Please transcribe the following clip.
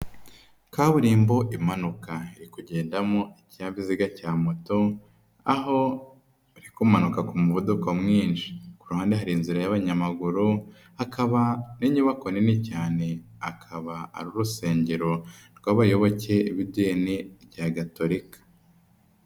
Kaburimbo impanuka, iri ikugendamo ikinyabiziga cya moto, aho iri kumanuka ku muvuduko mwinshi, ku ruhande hari inzira y'abanyamaguru, hakaba n'inyubako nini cyane, akaba ari urusengero rw'abayoboke b'idini rya gatoka.